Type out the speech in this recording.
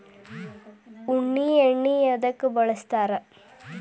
ಉಣ್ಣಿ ಎಣ್ಣಿ ಎದ್ಕ ಬಳಸ್ತಾರ್?